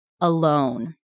alone